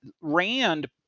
Rand